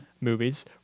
movies